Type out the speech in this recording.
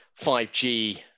5g